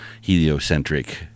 heliocentric